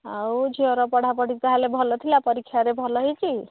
ଆଉ ଝିଅର ପଢ଼ାପଢି ତା'ହେଲେ ଭଲ ଥିଲା ପରୀକ୍ଷାରେ ଭଲ ହୋଇଛି